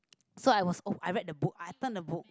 so I was op~ I read the book I turn the book